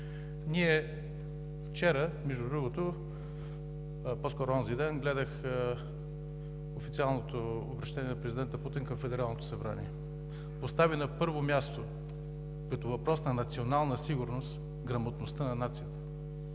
Вчера, между другото, по-скоро онзиден гледах официалното обръщение на президента Путин към Федералното събрание. Постави на първо място като въпрос на национална сигурност грамотността на нацията